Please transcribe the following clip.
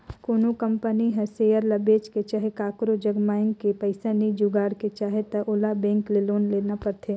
कोनो कंपनी हर सेयर ल बेंच के चहे काकरो जग मांएग के पइसा नी जुगाड़ के चाहे त ओला बेंक ले लोन लेना परथें